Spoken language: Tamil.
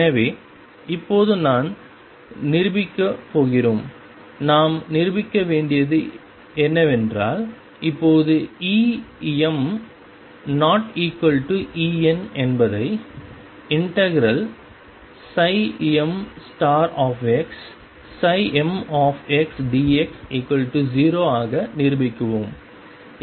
எனவே இப்போது நான் நிரூபிக்கப் போகிறோம் நாம் நிரூபிக்க வேண்டியது என்றால் இப்போது EmEn என்பதை mx mxdx0 ஆக நிரூபிக்கவும்